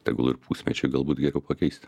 tegul ir pusmečiui galbūt geriau pakeisti